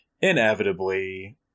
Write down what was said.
inevitably